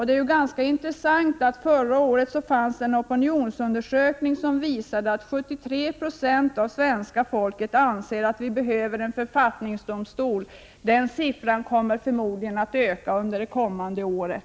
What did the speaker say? Det är ganska intressant att det förra året kom en opinionsundersökning som visade att 73 20 av svenskarna anser att vi behöver en författningsdomstol. Den siffran kommer förmodligen att öka under det kommande året.